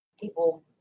people